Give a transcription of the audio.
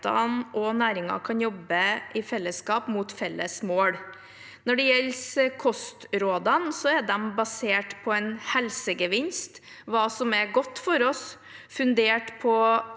og næringen kan jobbe i fellesskap mot felles mål. Når det gjelder kostrådene: De er basert på en helsegevinst – hva som er godt for oss – fundert på